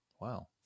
wow